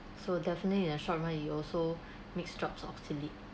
so definitely in the short run it also make jobs obsolete